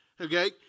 Okay